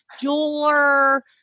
jeweler